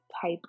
type